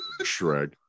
Shrek